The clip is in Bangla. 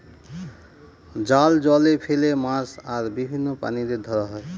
জাল জলে ফেলে মাছ আর বিভিন্ন প্রাণীদের ধরা হয়